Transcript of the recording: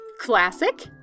Classic